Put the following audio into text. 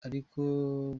ariko